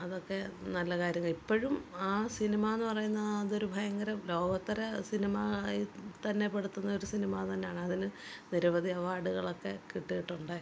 അതൊക്കെ നല്ല കാര്യങ്ങൾ ഇപ്പോഴും ആ സിനിമയെന്നു പറയുന്നത് അതൊരു ഭയങ്കര ലോകോത്തര സിനിമയായി തന്നെ പെടുത്തുന്നൊരു സിനിമ തന്നെയാണ് അതിന് നിരവധി അവാർഡുകളൊക്കെ കിട്ടിയിട്ടുണ്ട്